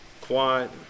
quiet